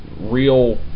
real